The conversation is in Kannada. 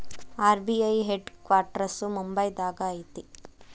ಆರ್.ಬಿ.ಐ ಹೆಡ್ ಕ್ವಾಟ್ರಸ್ಸು ಮುಂಬೈದಾಗ ಐತಿ